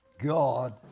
God